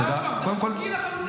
ועוד פעם, זה חוקי לחלוטין.